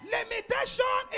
Limitation